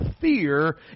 fear